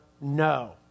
no